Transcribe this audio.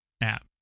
app